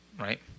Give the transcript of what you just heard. right